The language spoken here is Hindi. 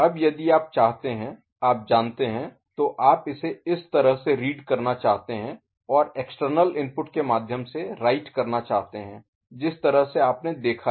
अब यदि आप चाहते हैं आप जानते हैं तो आप इसे इस तरह से रीड करना चाहते हैं और एक्सटर्नल इनपुट के माध्यम से राइट करना चाहते हैं जिस तरह से आपने देखा है